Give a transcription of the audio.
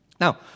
Now